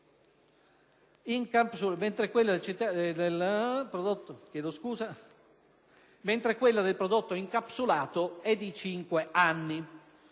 (mentre quella del prodotto incapsulato è di 5 anni).